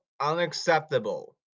unacceptable